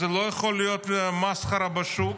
זה לא יכול להיות מסחרה בשוק,